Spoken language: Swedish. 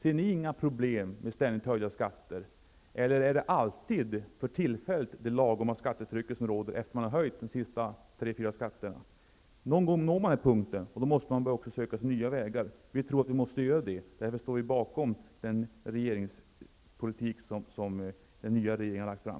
Ser ni inga problem med ständigt höjda skatter? Eller är det alltid ett lagom skattetryck som råder för tillfället efter det att man har höjt en eller flera skatter? Någon gång når man en punkt där skatterna inte kan höjas ytterligare, och då är det nödvändigt att söka nya vägar. Vi tror att det är nödvändigt nu. Därför stöder vi den politik som den nya regeringen har lagt fram.